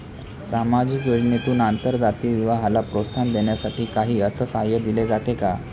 सामाजिक योजनेतून आंतरजातीय विवाहाला प्रोत्साहन देण्यासाठी काही अर्थसहाय्य दिले जाते का?